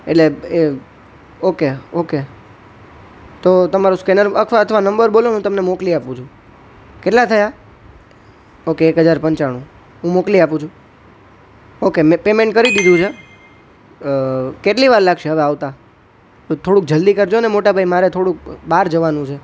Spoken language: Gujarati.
એટલે એ ઓકે ઓકે તો તમારું સ્કેનર અથવા અથવા નંબર બોલો હું તમને મોકલી આપું છું કેટલા થયા ઓકે એક હજાર પંચાણુ હું મોકલી આપું છું ઓકે મેં પેમેન્ટ કરી દીધું છે કેટલી વાર લાગશે હવે આવતા તો થોડુંક જલ્દી કરજોને મોટા ભાઈ મારે થોડુંક બહાર જવાનું છે